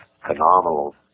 phenomenal